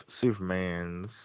Superman's